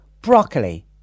broccoli